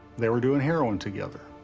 they were doing heroin together.